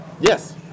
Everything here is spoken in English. Yes